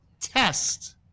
Test